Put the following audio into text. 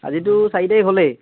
আজিতো চাৰি তাৰিখ হ'লেই